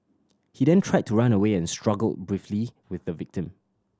he then tried to run away and struggled briefly with the victim